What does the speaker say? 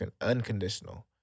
unconditional